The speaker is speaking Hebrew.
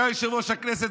אתה יושב-ראש הכנסת,